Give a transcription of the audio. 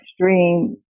extreme